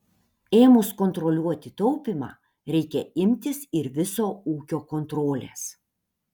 ėmus kontroliuoti taupymą reikia imtis ir viso ūkio kontrolės